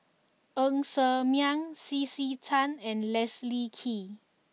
Ng Ser Miang C C Tan and Leslie Kee